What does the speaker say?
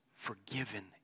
forgiven